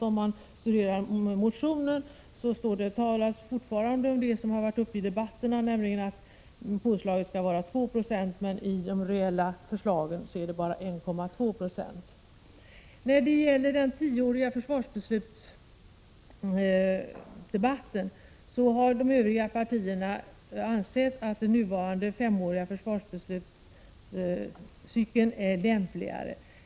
Om man studerar era motioner talas det fortfarande om det som har varit uppe i debatterna — påslaget skall vara 2 96. I de reala förslagen är det emellertid bara 1,2 9o. När det gäller debatten om tioåriga försvarsbeslut har de övriga partierna ansett att den nuvarande cykeln med femåriga försvarsbeslut är lämpligare.